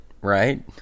right